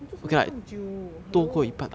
你做什么做这样久 hello